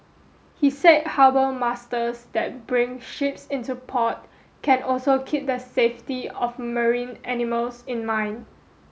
he say harbour masters that bring ships into port can also keep the safety of marine animals in mind